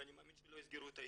ואני מאמין שלא יסגרו את עיתון.